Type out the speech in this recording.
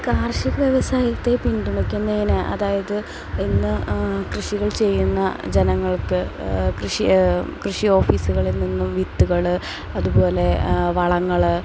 കാർഷിക വ്യവസായത്തെ പിന്തുണയ്ക്കുന്നതിന് അതായത് ഇന്ന് കൃഷികൾ ചെയ്യുന്ന ജനങ്ങൾക്ക് കൃഷി കൃഷി ഓഫീസുകളിൽ നിന്നും വിത്തുകൾ അതുപോലെ വളങ്ങൾ